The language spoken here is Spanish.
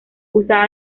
usada